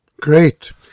Great